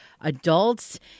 adults